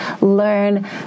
learn